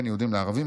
בין יהודים לערבים,